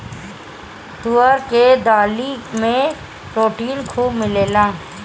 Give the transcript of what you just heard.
तुअर के दाली में प्रोटीन खूब मिलेला